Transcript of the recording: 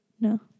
No